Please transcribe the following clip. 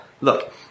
look